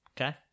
Okay